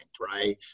right